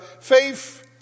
faith